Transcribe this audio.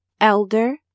elder